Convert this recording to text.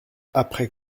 après